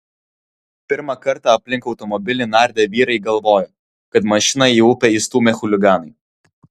pirmą kartą aplink automobilį nardę vyrai galvojo kad mašiną į upę įstūmė chuliganai